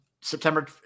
September